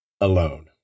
alone